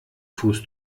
fuß